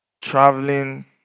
traveling